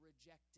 rejected